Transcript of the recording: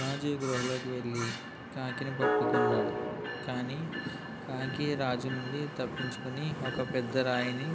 రాజు గృహలోకి వెళ్ళి కాకిని పట్టుకున్నాడు కానీ కాకి రాజునుండి తప్పించుకోని ఒక పెద్ద రాయిని